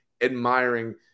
admiring